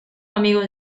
amigo